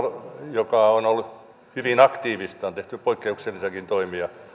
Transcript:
joka on ollut hyvin aktiivista ja on tehty poikkeuksellisiakin toimia